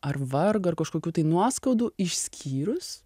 ar vargo ar kažkokių tai nuoskaudų išskyrus